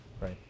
Right